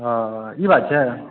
हँ ई बात छै